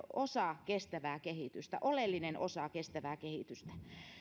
osa kestävää kehitystä oleellinen osa kestävää kehitystä